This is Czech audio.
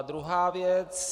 Druhá věc.